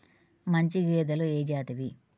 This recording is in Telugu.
మంచి గేదెలు ఏ జాతివి?